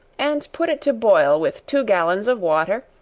and put it to boil with two gallons of water,